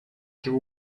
give